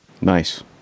Nice